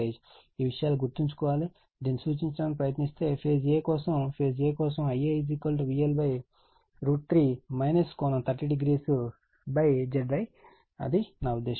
ఈ కొన్ని విషయాలు గుర్తుంచుకోవాలి కాబట్టి దీనిని సూచించటానికి ప్రయత్నిస్తే ఫేజ్ a కొరకు ఫేజ్ a కొరకు IaVL3∠ 300ZY అని నా ఉద్దేశ్యం